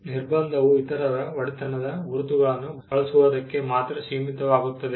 ನಿರ್ಬಂಧವು ಇತರರ ಒಡೆತನದ ಗುರುತುಗಳನ್ನು ಬಳಸುವುದಕ್ಕೆ ಮಾತ್ರ ಸೀಮಿತವಾಗುತ್ತದೆ